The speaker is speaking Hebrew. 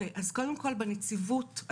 תראי, מפקח מגיע לפנימייה אחת לשלושה שבועות.